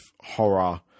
horror